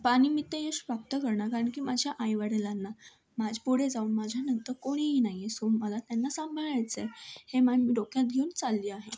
आणि मी ते यश प्राप्त करणार कारण की माझ्या आईवडिलांना पुढे जाऊन माझ्यानंतर कोणीही नाही आहे सो मला त्यांना सांभाळायचं आहे हे मान मी डोक्यात घेऊन चालले आहे